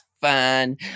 fun